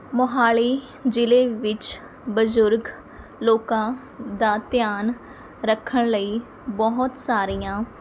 ਮੋਹਾਲੀ ਜ਼ਿਲ੍ਹੇ ਵਿੱਚ ਬਜ਼ੁਰਗ ਲੋਕਾਂ ਦਾ ਧਿਆਨ ਰੱਖਣ ਲਈ ਬਹੁਤ ਸਾਰੀਆਂ